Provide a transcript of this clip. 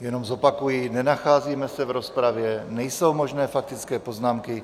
Jenom zopakuji, nenacházíme se v rozpravě, nejsou možné faktické poznámky.